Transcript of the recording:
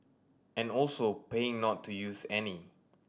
and also paying not to use any